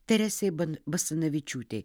teresei ban basanavičiūtei